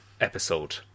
episode